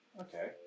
Okay